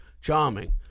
charming